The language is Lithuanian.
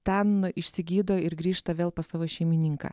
ten išsigydo ir grįžta vėl pas savo šeimininką